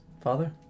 father